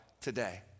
today